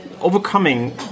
overcoming